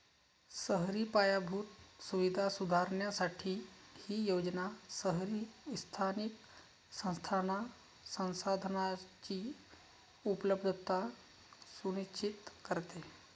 शहरी पायाभूत सुविधा सुधारण्यासाठी ही योजना शहरी स्थानिक संस्थांना संसाधनांची उपलब्धता सुनिश्चित करते